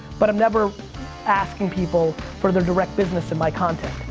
but i'm never asking people for their direct business in my content.